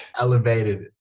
elevated